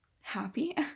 happy